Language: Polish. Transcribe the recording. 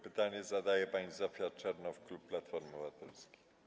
Pytanie zadaje pani poseł Zofia Czernow, klub Platformy Obywatelskiej.